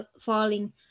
Falling